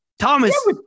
Thomas